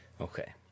Okay